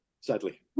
sadly